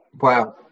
Wow